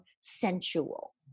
sensual